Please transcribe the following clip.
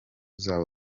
zabo